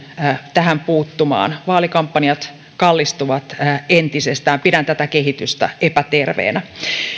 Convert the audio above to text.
tähän puuttumaan vaalikampanjat kallistuvat entisestään pidän tätä kehitystä epäterveenä